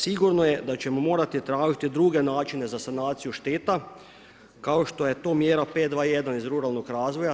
Sigurno je da ćemo morati tražiti druge načine za sanaciju šteta, kao što je to mjera 5.2.1. iz ruralnog razvoja.